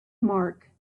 mark